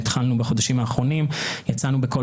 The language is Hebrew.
כשהתחלנו בחודשים האחרונים יצאנו בקול